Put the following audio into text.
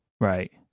right